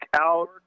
out